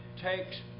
takes